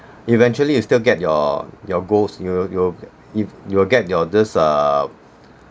eventually you still get your your goals you you if you'll get your this uh